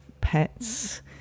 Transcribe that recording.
pets